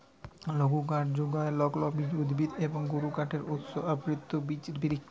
লঘুকাঠ যুগায় লগ্লবীজ উদ্ভিদ এবং গুরুকাঠের উৎস আবৃত বিচ বিরিক্ষ